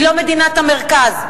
היא לא מדינת המרכז.